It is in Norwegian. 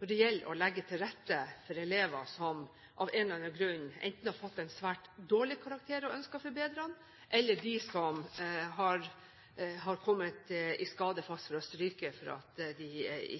når det gjelder å legge til rette for elever som av en eller annen grunn enten har fått en svært dårlig karakter og ønsker å forbedre den, eller har kommet i skade for å stryke fordi de